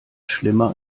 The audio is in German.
schlimmer